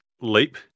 leap